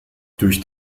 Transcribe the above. durch